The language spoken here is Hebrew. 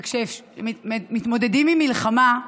וכשמתמודדים עם מלחמה,